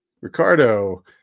Ricardo